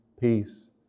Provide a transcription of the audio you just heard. peace